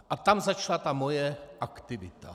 A tam začala ta moje aktivita.